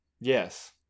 Yes